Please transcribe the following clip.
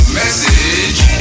message